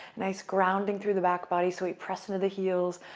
nice grounding through the back body. so press into the heels.